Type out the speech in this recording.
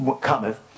cometh